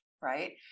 right